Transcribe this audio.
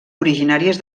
originàries